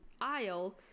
aisle